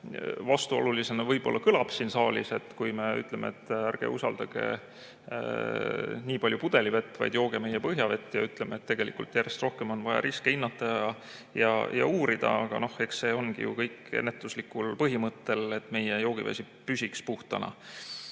vastuolulisena võib-olla kõlab siin saalis, kui me ütleme, et ärge usaldage nii palju pudelivett, vaid jooge meie põhjavett, ja samas ütleme, et tegelikult järjest rohkem on vaja riske hinnata ja uurida. Aga eks see ongi ju kõik ennetuslikul põhimõttel, et meie joogivesi püsiks puhtana